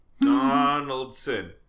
Donaldson